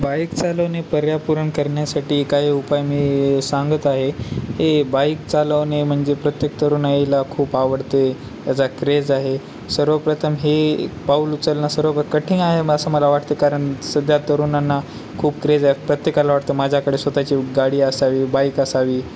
bike चालवणे पर्यापूरण करण्यासाठी काही उपाय मी सांगत आहे हे बाईक चालवणे म्हणजे प्रत्येक तरुणाईला खूप आवडते याचा क्रेज आहे सर्वप्रथम हे पाऊल उचलणं सर्व कठीण आहे असं मला वाटते कारण सध्या तरुणांना खूप क्रेज आहे प्रत्येकाला वाटतं माझ्याकडे स्वत ची गाडी असावी बाईक असावी